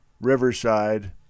Riverside